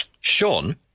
Sean